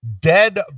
dead